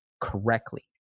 correctly